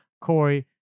Corey